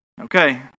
Okay